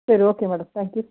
சரி okay madam thank you